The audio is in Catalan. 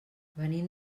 venim